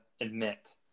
admit